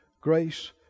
grace